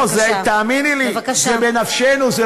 לא, תאמיני לי, זה בנפשנו.